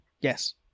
Yes